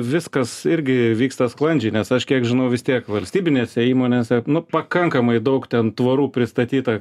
viskas irgi vyksta sklandžiai nes aš kiek žinau vis tiek valstybinėse įmonėse nu pakankamai daug ten tvorų pristatyta